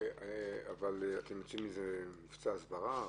האם אתם יוצאים עם מבצע הסברה?